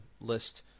list